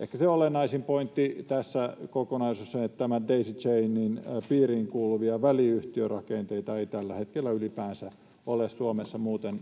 Ehkä se olennaisin pointti tässä kokonaisuudessa on, että tämän Daisy Chainin piiriin kuuluvia väliyhtiörakenteita ei tällä hetkellä ylipäänsä ole Suomessa. Muuten,